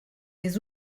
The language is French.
les